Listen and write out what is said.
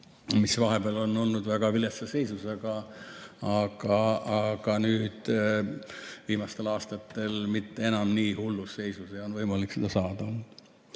Vahepeal on need olnud väga viletsas seisus, aga nüüd viimastel aastatel mitte enam nii hullus seisus ja on võimalik neid saada.